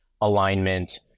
alignment